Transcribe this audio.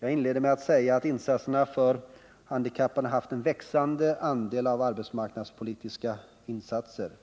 Jag inledde med att säga att insatserna för handikappade tagit i anspråk en växande andel av de arbetsmarknadspolitiska insatserna.